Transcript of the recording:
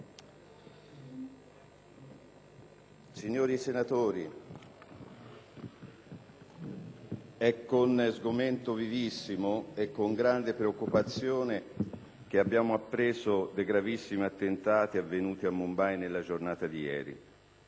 Signori senatori, è con sgomento vivissimo e con grande preoccupazione che abbiamo appreso dei gravissimi attentati avvenuti a Mumbai nella giornata di ieri.